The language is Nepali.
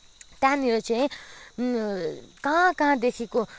त्यहाँनिर चाहिँ कहाँ कहाँदेखिको